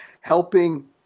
helping